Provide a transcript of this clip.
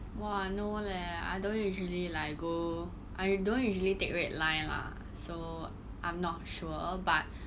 !wah! no leh I don't usually like go I don't usually take red line lah so I'm not sure but